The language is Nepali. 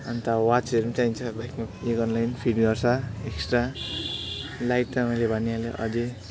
अन्त वाचहरू पनि चाहिन्छ बाइकमा ऊ यो गर्नु लागि फिट गर्छ एक्स्ट्रा लाइट त मैले भनिहालेँ अझै